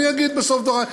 אני אגיד בסוף דברי,